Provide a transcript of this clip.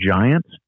Giants